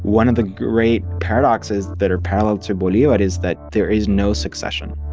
one of the great paradoxes that are parallel to bolivar but is that there is no succession.